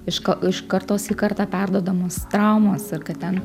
iš ka iš kartos į kartą perduodamos traumos ir kad ten